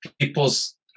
people's